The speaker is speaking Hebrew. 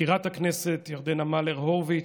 מזכירת הכנסת ירדנה מלר-הורוביץ,